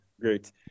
Great